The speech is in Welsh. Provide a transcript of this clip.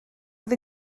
fydd